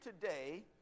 today